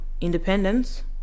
independence